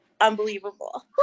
unbelievable